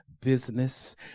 business